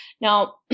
Now